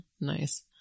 Nice